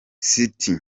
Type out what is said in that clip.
city